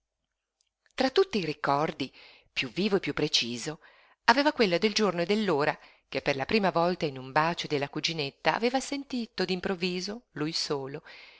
tra tutti i ricordi piú vivo e piú preciso aveva quello del giorno e dell'ora che per la prima volta in un bacio della cuginetta aveva sentito d'improvviso lui solo